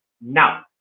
Now